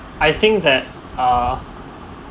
I think that uh